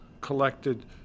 collected